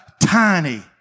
tiny